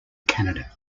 canada